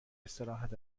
استراحت